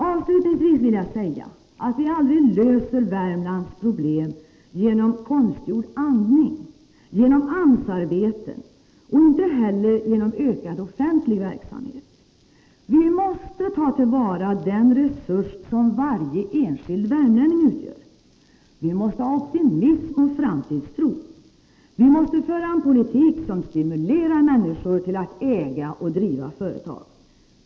Avslutningsvis vill jag säga att vi aldrig löser Värmlands problem genom konstgjord andning, genom AMS-arbeten eller genom ökad offentlig verksamhet. Vi måste ta till vara den resurs som varje enskild värmlänning utgör. Vi måste ha optimism och framtidstro. Vi måste föra en politik som stimulerar människor till att äga och driva företag.